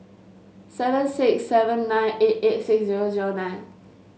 seven six seven nine eight eight six zero zero nine